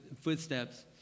footsteps